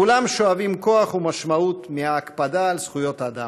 כולם שואבים כוח ומשמעות מההקפדה על זכויות האדם.